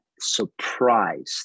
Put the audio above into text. surprised